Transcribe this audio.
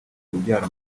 ubyara